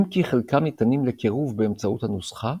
אם כי חלקם ניתנים לקירוב באמצעות הנוסחה,